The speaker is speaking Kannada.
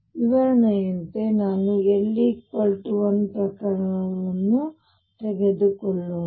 ವಿವರಣೆಯಂತೆ ನಾವು l 1 ಪ್ರಕರಣವನ್ನು ತೆಗೆದುಕೊಳ್ಳೋಣ